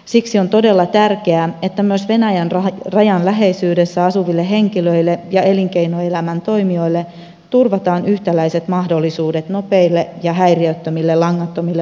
siksi on todella tärkeää että myös venäjän rajan läheisyydessä asuville henkilöille ja elinkeinoelämän toimijoille turvataan yhtäläiset mahdollisuudet nopeisiin ja häiriöttömiin langattomiin laajakaistapalveluihin